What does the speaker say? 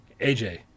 AJ